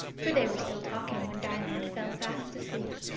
for they were still talking when diamond fell fast asleep,